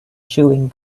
chewing